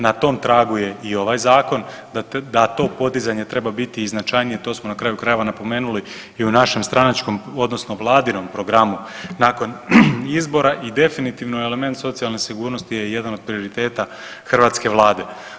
Na tom tragu je i ovaj zakon da to podizanje treba biti značajnije to smo na kraju krajeva napomenuli i u našem stranačkom odnosno vladinom programu nakon izbora i definitivno je element socijalne sigurnosti je jedan od prioriteta hrvatske Vlade.